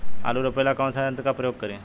आलू रोपे ला कौन सा यंत्र का प्रयोग करी?